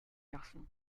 garçon